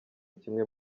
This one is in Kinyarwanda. kimwe